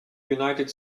united